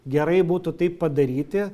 gerai būtų taip padaryti